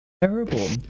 Terrible